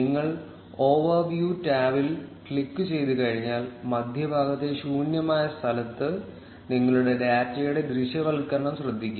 നിങ്ങൾ ഓവർവ്യൂ ടാബിൽ ക്ലിക്കുചെയ്തുകഴിഞ്ഞാൽ മധ്യഭാഗത്തെ ശൂന്യമായ സ്ഥലത്ത് നിങ്ങളുടെ ഡാറ്റയുടെ ദൃശ്യവൽക്കരണം ശ്രെദ്ധിക്കുക